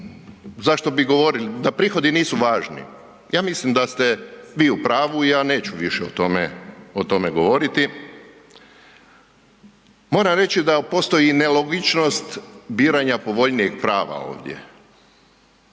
zašto bi govorili, da prihodi nisu važni. Ja mislim da ste vi u pravu i ja neću više o tome govoriti. Moram reći da postoji nelogičnost biranja povoljnijeg prava ovdje.